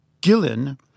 Gillen